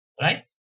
Right